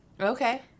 Okay